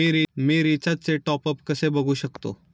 मी रिचार्जचे टॉपअप कसे बघू शकतो?